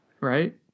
right